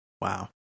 Wow